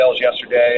yesterday